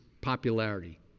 popularity